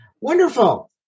Wonderful